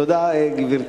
תודה, גברתי.